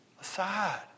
aside